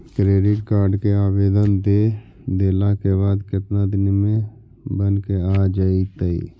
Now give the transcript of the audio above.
Credit card के आवेदन दे देला के बाद केतना दिन में बनके आ जइतै?